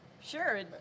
Sure